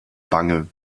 bange